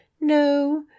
no